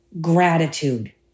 gratitude